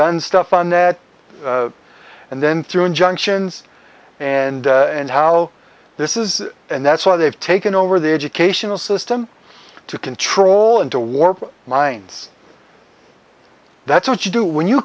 done stuff on that and then through injunctions and and how this is and that's why they've taken over the educational system to control and to warped minds that's what you do when you